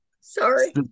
sorry